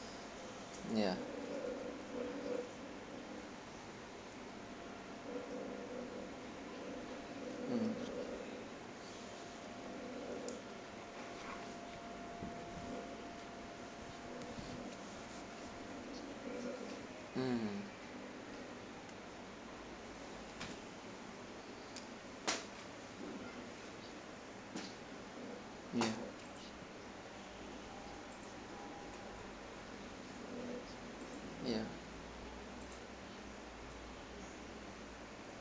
ya mm mm ya ya